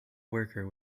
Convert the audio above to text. worker